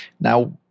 Now